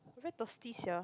very thirsty sia